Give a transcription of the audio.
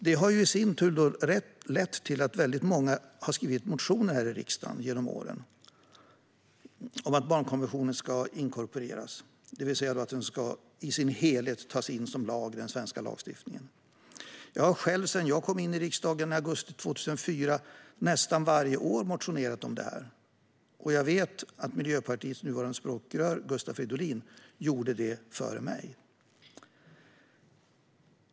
Detta har i sin tur lett till att många genom åren har skrivit motioner här i riksdagen om att barnkonventionen ska inkorporeras, det vill säga i sin helhet tas in som lag i den svenska lagstiftningen. Jag har själv sedan jag kom in i riksdagen i augusti 2004 nästan varje år motionerat om detta, och jag vet att Miljöpartiets nuvarande språkrör, Gustav Fridolin, gjorde det före mig.